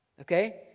Okay